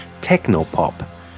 Technopop